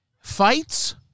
fights